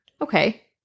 okay